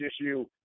issue